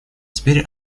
теперь